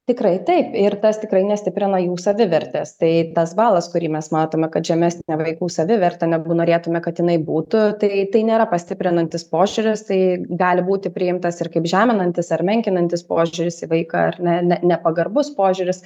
tikrai taip ir tas tikrai nestiprina jų savivertės tai tas balas kurį mes matome kad žemesnė vaikų savivertė negu norėtume kad jinai būtų tai tai nėra pastiprinantis požiūris tai gali būti priimtas ir kaip žeminantis ar menkinantis požiūris į vaiką ar ne ne nepagarbus požiūris